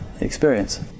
experience